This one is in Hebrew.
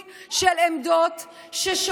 הוא לא מגביל אותך בזמן.